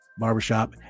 barbershop